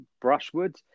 Brushwood